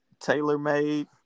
TaylorMade